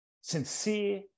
sincere